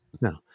No